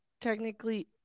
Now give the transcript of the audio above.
technically